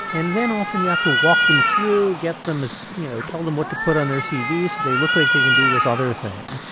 and then, often, you have to walk them through, get them ah so you you know, tell them what to put on their cv so they look like they can do this other thing,